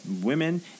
women